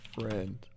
Friend